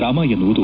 ರಾಮ ಎನ್ನುವುದು